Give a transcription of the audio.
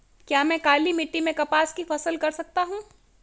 क्या मैं काली मिट्टी में कपास की फसल कर सकता हूँ?